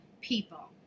people